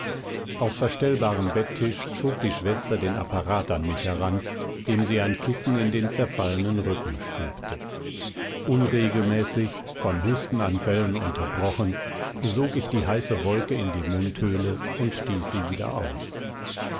auf verstellbarem bettisch schob die schwester den apparat an mich heran dem sie ein kissen in den zerfallenen rücken stülpte unregelmäßig von hustenanfällen unterbrochen sog ich die heiße wolke in die mundhöhle und stieß sie wieder aus